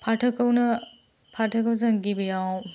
फाथोखौनो फाथोखौ जों गिबियाव